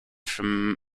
from